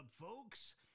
folks